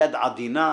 יד עדינה,